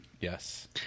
yes